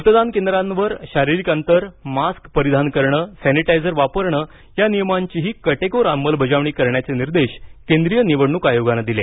मतदान केंद्रांवर शारीरिक अंतर मास्क परिधान करणं सॅनिटायझर वापरणं या नियमांचीही काटेकोर अंमलबजावणी करण्याचे निर्देश केंद्रीय निवडणूक आयोगानं दिले